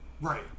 Right